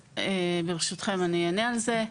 ברשותכם אענה על זה.